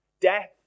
death